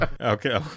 Okay